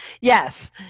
Yes